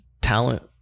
talent